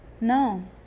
No